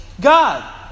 God